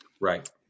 Right